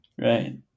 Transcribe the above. Right